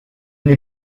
n’ai